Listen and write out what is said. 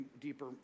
deeper